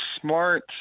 smart